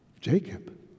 Jacob